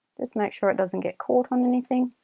just make sure doesn't get caught on anything.